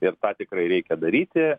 ir tą tikrai reikia daryti